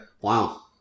Wow